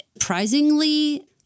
surprisingly